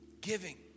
Giving